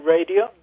Radio